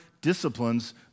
disciplines